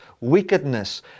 wickedness